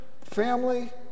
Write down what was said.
family